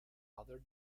other